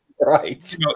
right